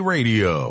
Radio